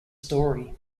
story